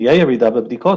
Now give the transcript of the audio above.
תהיה ירידה בבדיקות,